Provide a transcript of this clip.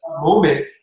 moment